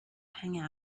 hanging